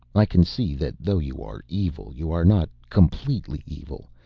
i can see that though you are evil you are not completely evil,